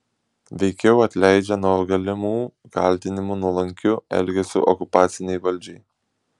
veikiau atleidžia nuo galimų kaltinimų nuolankiu elgesiu okupacinei valdžiai